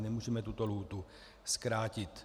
Nemůžeme tuto lhůtu zkrátit.